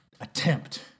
attempt